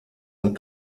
ein